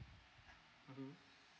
mmhmm